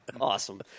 Awesome